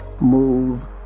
move